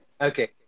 Okay